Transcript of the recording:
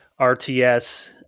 RTS